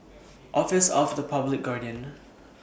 Office of The Public Guardian